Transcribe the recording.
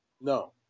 no